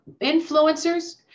influencers